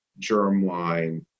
germline